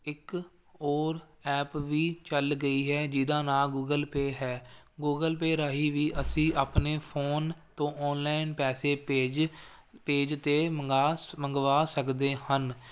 ਇਕ ਹੋਰ ਐਪ ਵੀ ਚੱਲ ਗਈ ਹੈ ਜਿਹਦਾ ਨਾਂ ਗੂਗਲ ਪੇ ਹੈ ਗੂਗਲ ਪੇ ਰਾਹੀਂ ਵੀ ਅਸੀਂ ਆਪਣੇ ਫੋਨ ਤੋਂ ਆਨਲਾਈਨ ਪੈਸੇ ਭੇਜ ਭੇਜ ਅਤੇ ਮੰਗਾ ਮੰਗਵਾ ਸਕਦੇ ਹਨ